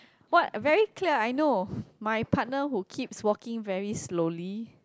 what very clear I know my partner who keeps walking very slowly